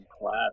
class